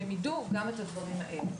שהם יידעו גם את הדברים האלה.